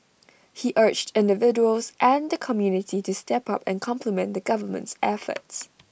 he urged individuals and the community to step up and complement the government's efforts